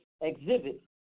exhibit